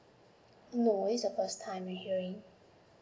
no is the first time we're hearing